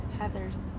Heather's